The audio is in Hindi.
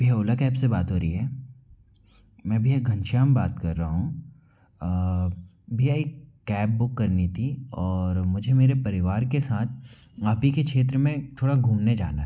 भैया ओला कैब से बात हो रही है मैं भैया घनश्याम बात कर रहा हूँ भैया एक कैब बुक करनी थी और मुझे मेरे परिवार के साथ आप ही के क्षेत्र में थोड़ा घूमने जाना था